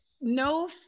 no